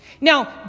Now